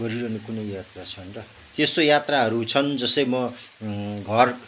गरिरहनु कुनै यात्रा छन् र त्यस्तो यात्राहरू छन् जस्तै म घर